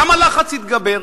גם הלחץ התגבר,